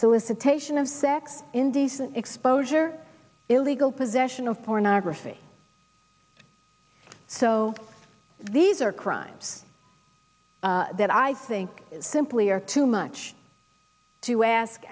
solicitation of sex indecent exposure illegal possession of pornography so these are crimes that i think simply are too much to ask